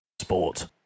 Sport